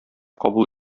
кабул